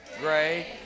Gray